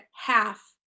half